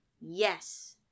Yes